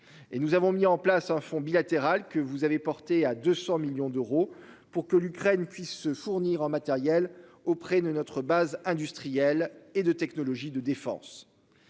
nous avons mis en place un fonds bilatéral que vous avez porté à 200 millions d'euros pour que l'Ukraine puisse se fournir en matériel auprès de notre base industrielle et de technologies de défense.